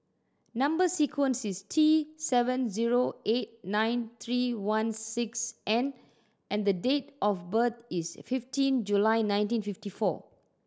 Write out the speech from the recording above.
number sequence is T seven zero eight nine three one six N and date of birth is fifteen July nineteen fifty four